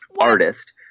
artist